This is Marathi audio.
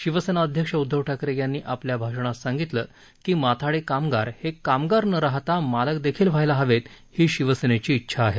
शिवसेना अध्यक्ष उध्दव ठाकरे यांनी आपल्या भाषणात सांगितलं की माथाडी कामगार हे कामगार न राहता मालक देखील व्हावेत ही शिवसेनेची डेछा आहे